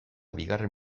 bigarren